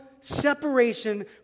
separation